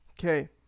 Okay